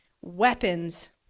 weapons